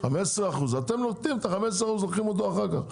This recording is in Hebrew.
15%. אם את ה-15% אתם לוקחים אחר כך,